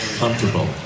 comfortable